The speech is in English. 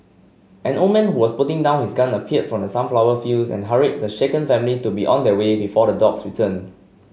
an old man was putting down his gun appeared from the sunflower fields and hurried the shaken family to be on their way before the dogs return